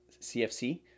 CFC